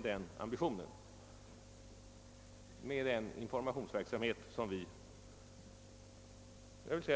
Det visar